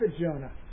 Jonah